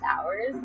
hours